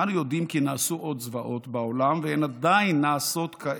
אנו יודעים כי נעשו עוד זוועות בעולם והן עדיין נעשות כעת,